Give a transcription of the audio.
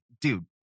dude